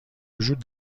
وجود